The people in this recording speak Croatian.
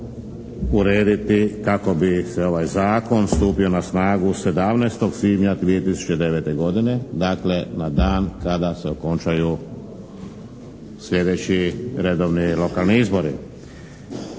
urediti kako bi se ovaj Zakon stupio na snagu 17. svibnja 2009. godine. Dakle, na dan kada se okončaju sljedeći redovni lokalni izbori.